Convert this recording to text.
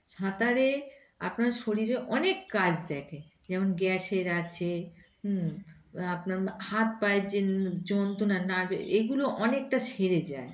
সাঁতারে আপনার শরীরে অনেক কাজ দেখে যেমন গ্যাসের আছে আপনার হাত পায়ের যে যন্ত্রণা নার্ভ এগুলো অনেকটা সেরে যায়